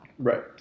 Right